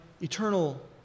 eternal